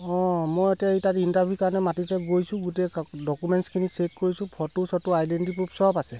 অঁ মই এতিয়া এই তাত ইণ্টাৰভিউ কাৰণে মাতিছে গৈছোঁ গোটেই ডকুমেণ্টছখিনি চেক কৰিছোঁ ফটো চটো আইডেণ্টি প্ৰুফ চব আছে